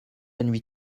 nuit